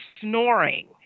snoring